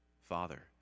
Father